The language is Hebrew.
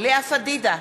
לאה פדידה,